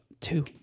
two